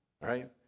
right